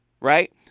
Right